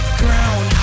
ground